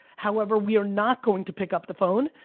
however we are not going to pick up the phone,